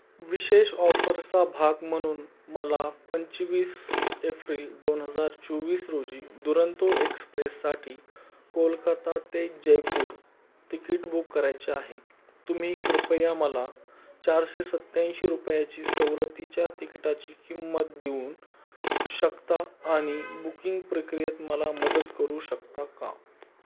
विशेष ऑफरचा भाग म्हणून मला पंचवीस एफ्रिल दोन हजार चोवीस रोजी दुरंतो एक्सप्रेससाठी कोलकाता ते जयपूर तिकीट बुक करायचे आहे तुम्ही कृपया मला चारशे सत्यांऐंशी रुपयाची सवलतीच्या तिकिटाची किंमत देऊ शकता आणि बुकिंग प्रक्रियेत मला मदत करू शकता का